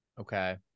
Okay